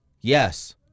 Yes